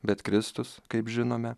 bet kristus kaip žinome